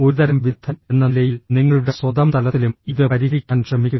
ഒരുതരം വിദഗ്ധൻ എന്ന നിലയിൽ നിങ്ങളുടെ സ്വന്തം തലത്തിലും ഇത് പരിഹരിക്കാൻ ശ്രമിക്കുക